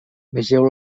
vegeu